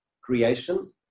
creation